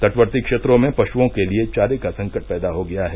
तटवर्ती क्षेत्रों में पशुओं के लिये चारे का संकट पैदा हो गया है